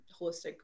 holistic